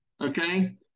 okay